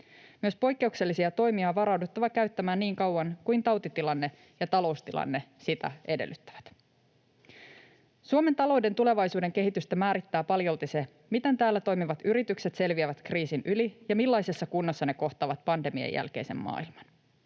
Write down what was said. Poikkeuksellisia toimia on myös varauduttava käyttämään niin kauan kuin tautitilanne ja taloustilanne sitä edellyttävät. Suomen talouden tulevaisuuden kehitystä määrittää paljolti se, miten täällä toimivat yritykset selviävät kriisin yli ja millaisessa kunnossa ne kohtaavat pandemian jälkeisen maailman.